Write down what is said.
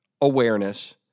Awareness